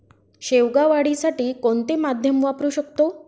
शेवगा वाढीसाठी कोणते माध्यम वापरु शकतो?